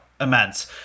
immense